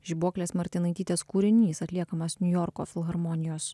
žibuoklės martinaitytės kūrinys atliekamas niujorko filharmonijos